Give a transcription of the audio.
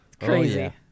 Crazy